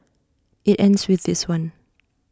IT ends with this one